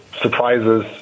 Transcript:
surprises